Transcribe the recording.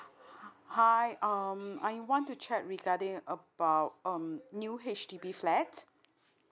hi um I want to check regarding about um new H_D_B flat